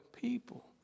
people